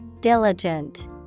Diligent